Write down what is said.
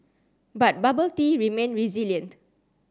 but bubble tea remained resilient